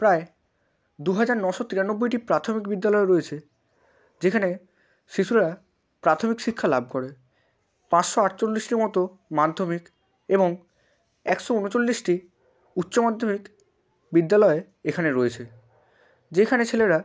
প্রায় দু হাজার নশো তিরানব্বইটি প্রাথমিক বিদ্যালয় রয়েছে যেখানে শিশুরা প্রাথমিক শিক্ষা লাভ করে পাঁচশো আটচল্লিশটি মতো মাধ্যমিক এবং একশো উনচল্লিশটি উচ্চমাধ্যমিক বিদ্যালয় এখানে রয়েছে যেখানে ছেলেরা